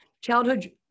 childhood